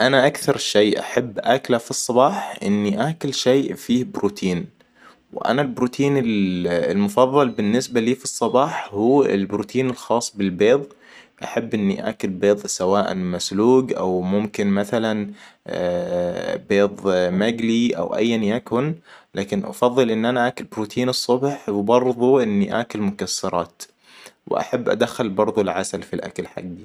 انا أكثر شيء احب أكله في الصباح إني اكل شيء فيه بروتين. وانا البروتين ال-المفضل بالنسبة لي في الصباح هو البروتين الخاص بالبيض. احب إني أكل بيض سواء مسلوق او ممكن مثلاً بيض مقلي او اياً يكن لكن أفضل إن أنا اكل بروتين الصبح وبرضو اني اكل مكسرات. واحب ادخل برضو العسل في الاكل حقي